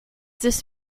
this